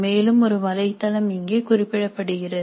மேலும் ஒரு வலைத்தளம் இங்கே குறிப்பிடப்படுகிறது